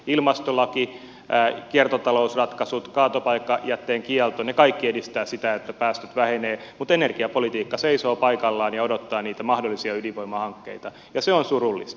ilmastolaki kiertotalousratkaisut kaatopaikkajätteen kielto ne kaikki edistävät sitä että päästöt vähenevät mutta energiapolitiikka seisoo paikallaan ja odottaa niitä mahdollisia ydinvoimahankkeita ja se on surullista